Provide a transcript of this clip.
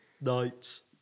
nights